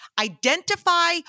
identify